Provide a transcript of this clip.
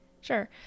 Sure